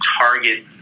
target